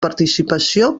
participació